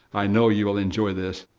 i know you will enjoy this.